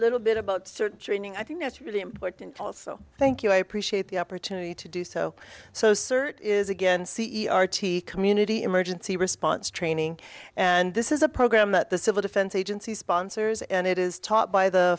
little bit about training i think that's really important also thank you i appreciate the opportunity to do so so certain is again c e r t community emergency response training and this is a program that the civil defense agency sponsors and it is taught by the